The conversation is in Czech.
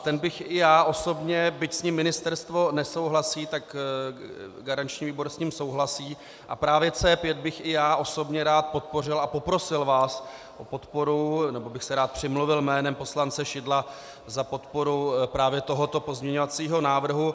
Ten bych i já osobně, byť s ním ministerstvo nesouhlasí, tak garanční výbor s ním souhlasí, a právě C5 bych i já osobně rád podpořil a poprosil vás o podporu, nebo bych se rád přimluvil jménem poslance Šidla za podporu právě tohoto pozměňovacího návrhu.